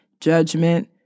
judgment